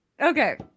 Okay